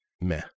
meh